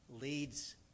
leads